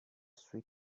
sweet